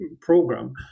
program